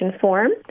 form